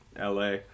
LA